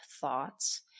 thoughts